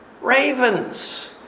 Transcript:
ravens